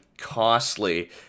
costly